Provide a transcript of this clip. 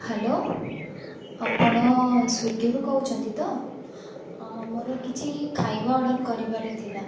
hello ଆପଣ ସ୍ଵିଗୀରୁ କହୁଛନ୍ତି ତ ଅଁ ମୋର କିଛି ଖାଇବା ଅର୍ଡ଼ର୍ କରିବାର ଥିଲା